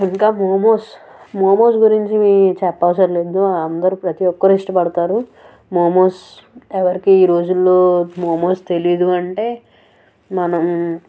ఇంకా మెమోస్ మెమోస్ గురించి చెప్పనవసరం లేదు అందరూ ప్రతి ఒక్కరు ఇష్టపడతారు మోమోస్ ఎవరికి ఈ రోజుల్లో మోమోస్ తెలీదు అంటే మనం